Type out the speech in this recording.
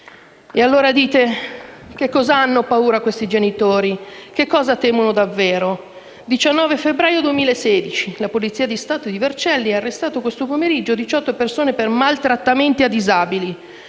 Candiani).* Di cosa hanno paura questi genitori? Che cosa temono davvero? Il 19 febbraio 2016 la polizia di Stato di Vercelli ha arrestato nel pomeriggio 18 persone per maltrattamenti a disabili;